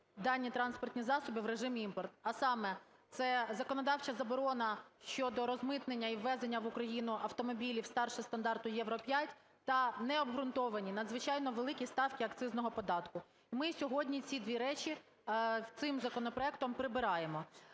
дані транспортні засоби в режимі імпорт. А саме: це законодавча заборона щодо розмитнення і ввезення в Україну автомобілів, старше стандарту Євро-5 та необґрунтовані надзвичайно великі ставки акцизного податку. Ми сьогодні ці дві речі цим законопроектом прибираємо.